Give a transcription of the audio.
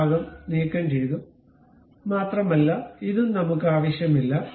ഭാഗം നീക്കംചെയ്യുക മാത്രമല്ല ഇതും നമ്മുക്ക് ആവശ്യമില്ല